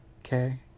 Okay